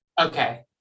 okay